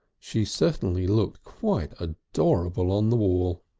she certainly looked quite adorable on the wall.